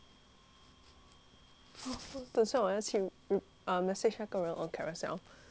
等一下我要去 err message 那个人 on Carousell ask her to faster ship 过来